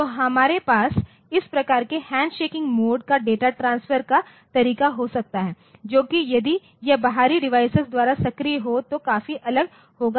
तो हमारे पास इस प्रकार के हैंडशेकिंग मोड का डेटा ट्रांसफर का तरीका हो सकता है जो कि यदि यह बाहरी डिवाइस द्वारा सक्रिय हो तो काफी अलग होगा